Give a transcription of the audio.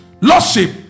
lordship